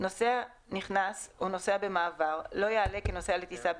נוסע נכנס או נוסע במעבר לא יעלה כנוסע לטיסה בין-לאומית,